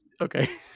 okay